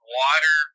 water